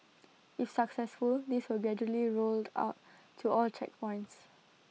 if successful this will be gradually rolled out to all checkpoints